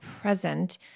present